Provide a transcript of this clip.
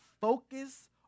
focus